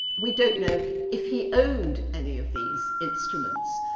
we don't know if he owned any of these instruments.